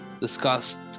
discussed